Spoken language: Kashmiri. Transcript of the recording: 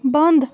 بنٛد